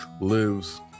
lives